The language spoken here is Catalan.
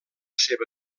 seva